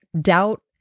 doubt